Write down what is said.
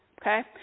okay